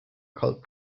cult